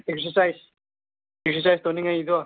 exercise exercise ꯇꯧꯅꯤꯡꯉꯥꯏꯒꯤꯗꯣ